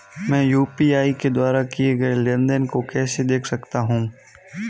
मैं यू.पी.आई के द्वारा किए गए लेनदेन को कैसे देख सकता हूं?